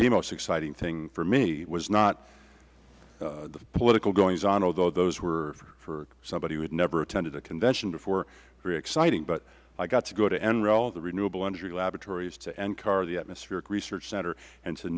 the most exciting thing for me was not the political goings on although those were for somebody who had never attended a convention before very exciting but i got to go to nrel the renewable energy laboratories to encar the atmospheric research center and